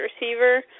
receiver